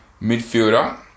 midfielder